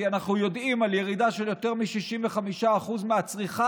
כי אנחנו יודעים על ירידה של יותר מ-65% מהצריכה,